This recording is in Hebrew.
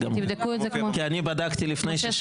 כי אני בדקתי לפני ששאלתי.